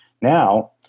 Now